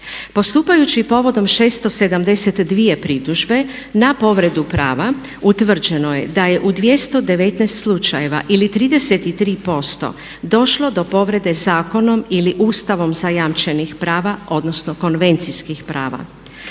Postupajući povodom 672 pritužbe na povredu prava utvrđeno je da je u 219 slučajeva ili 33% došlo do povrede zakonom ili Ustavom zajamčenih prava, odnosno konvencijskih prava.